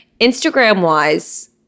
Instagram-wise